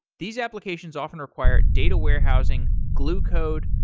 these applications often require data warehousing, glucode,